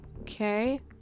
Okay